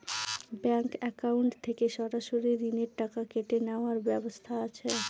Bank account থেকে সরাসরি ঋণের টাকা কেটে নেওয়ার ব্যবস্থা আছে?